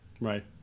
right